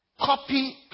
Copy